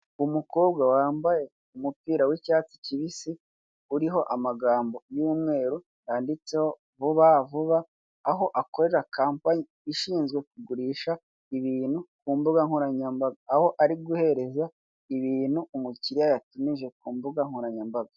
Umukobwa wambaye umupira w'icyatsi kibisi uriho amagambo y'umweru yanditseho vuba vuba, aho akorera kampanyi ishinzwe kugurisha ibintu ku mbuga nkoranyambaga, aho ari guhereza ibintu umukiriya yatumije ku mbuga nkoranyambaga.